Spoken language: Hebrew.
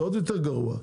זה עוד יותר גרוע,